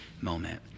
moment